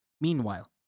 Meanwhile